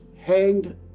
hanged